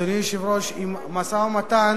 אדוני היושב-ראש, עם משא-ומתן